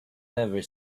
never